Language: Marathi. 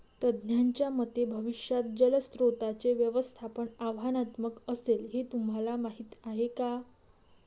तज्ज्ञांच्या मते भविष्यात जलस्रोतांचे व्यवस्थापन आव्हानात्मक असेल, हे तुम्हाला माहीत आहे का?